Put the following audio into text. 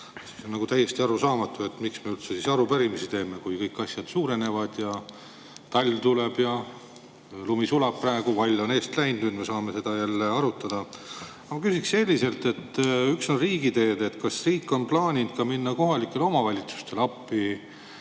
See on täiesti arusaamatu, miks me siis üldse arupärimisi teeme, kui kõik asjad suurenevad. Talv tuleb ja lumi sulab praegu, vall on eest läinud, nüüd me saame seda jälle arutada. Aga ma küsiksin selliselt. Üks asi on riigiteed, aga kas riik on plaaninud minna kohalikele omavalitsustele appi